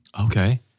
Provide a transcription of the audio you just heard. Okay